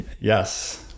yes